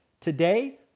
Today